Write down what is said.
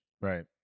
Right